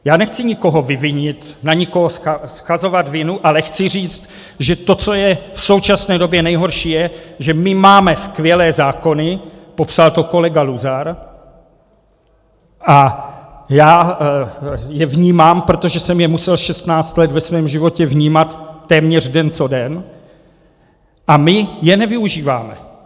Já nechci nikoho vyvinit, na nikoho shazovat vinu, ale chci říct, že to, co je v současné době nejhorší, je, že my máme skvělé zákony, popsal to kolega Luzar, a já je vnímám, protože jsem je musel 16 let ve svém životě vnímat téměř den co den, a my je nevyužíváme.